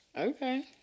Okay